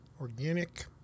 Organic